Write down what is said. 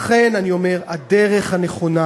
לכן אני אומר שהדרך הנכונה,